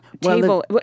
table